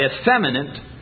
effeminate